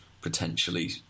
potentially